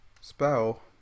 Spell